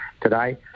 today